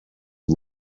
you